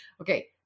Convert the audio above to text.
Okay